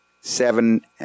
seven